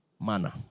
manner